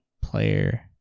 player